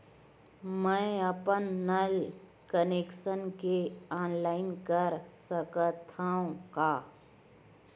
मैं अपन नल कनेक्शन के ऑनलाइन कर सकथव का?